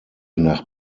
nach